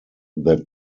that